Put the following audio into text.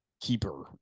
keeper